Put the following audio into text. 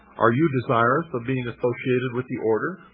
are you desirous of being associated with the order?